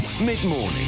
mid-morning